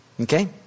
Okay